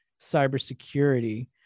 cybersecurity